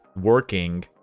working